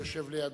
היושב לידו,